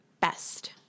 best